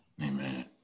Amen